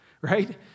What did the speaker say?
right